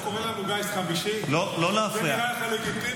הוא קורא לנו גיס חמישי, זה נראה לך לגיטימי?